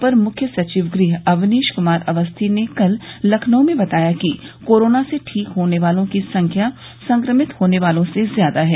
अपर मुख्य सचिव गृह अवनीश कुमार अवस्थी ने कल लखनऊ में बताया कि कोरोना से ठीक होने वालों की संख्या संक्रमित होने वालों से ज्यादा है